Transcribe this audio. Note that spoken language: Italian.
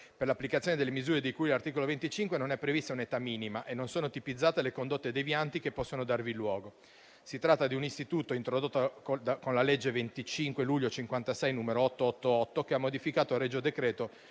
per l'applicazione delle misure di cui all'articolo 25 non è prevista un'età minima e non sono tipizzate le condotte devianti che possono darvi luogo. Si tratta di un istituto introdotto con la legge 25 luglio 1956, n. 888, che ha modificato il regio decreto